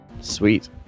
Sweet